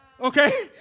Okay